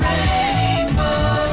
Rainbow